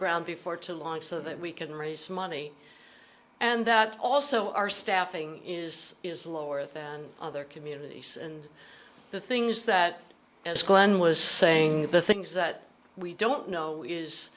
ground before too long so that we can raise money and that also our staffing is is lower than other communities and the things that as glen was saying the things that we don't know is